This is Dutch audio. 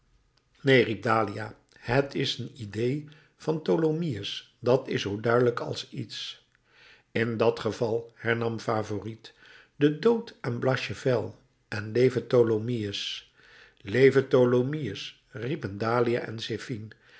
neen riep dahlia het is een idée van tholomyès dat is zoo duidelijk als iets in dat geval hernam favourite de dood aan blachevelle en leve tholomyès leve tholomyès riepen dahlia en zephine